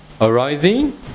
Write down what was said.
arising